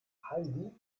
heidi